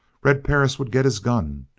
red perris would get his gun.